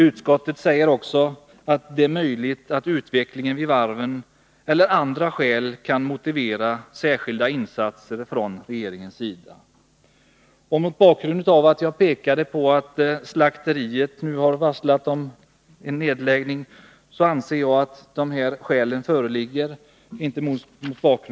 Utskottet säger också att det är möjligt att utvecklingen vid varven eller andra skäl kan motivera särskilda insatser från regeringens sida. Mot bakgrund av vad jag här har berört, inte minst att slakteriet nu har varslat om nedläggning, anser jag att sådana skäl föreligger.